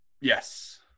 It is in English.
yes